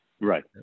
Right